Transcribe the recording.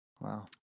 Wow